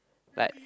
like